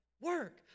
work